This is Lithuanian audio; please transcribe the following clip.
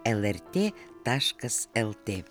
lrt taškas lt